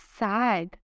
sad